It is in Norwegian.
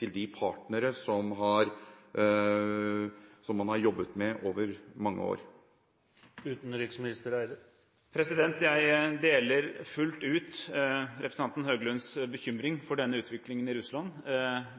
til de partnere som man har jobbet med over mange år? Jeg deler fullt ut representanten Høglunds bekymring for denne utviklingen i Russland.